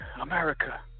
America